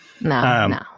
no